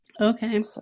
Okay